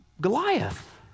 Goliath